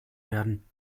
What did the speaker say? werden